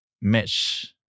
match